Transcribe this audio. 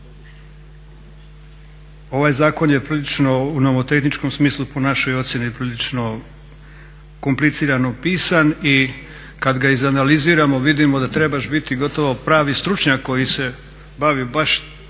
Ovaj zakon je prilično u nomotehničkom smislu po našoj ocjeni prilično komplicirano pisan i kad ga izanaliziramo vidimo da trebaš biti gotovo pravi stručnjak koji se bavi baš